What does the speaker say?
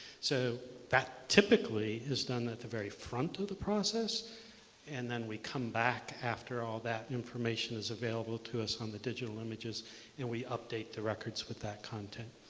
so that typically is done at the very front of the process and then we come back after all that information is available to us on the digital images and we update the records with that content.